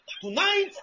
tonight